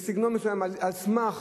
בסגנון מסוים, על סמך